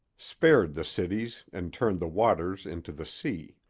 spared the cities and turned the waters into the sea.